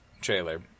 trailer